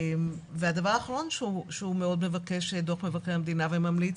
הדבר האחרון שדוח מבקר המדינה מאוד מבקש וממליץ